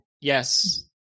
Yes